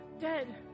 dead